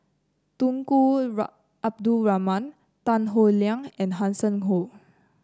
Tunku Abdul Rahman Tan Howe Liang and Hanson Ho